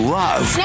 love